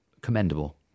commendable